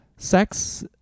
Sex